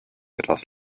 etwas